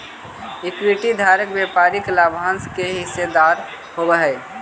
equity धारक व्यापारिक लाभांश के हिस्सेदार होवऽ हइ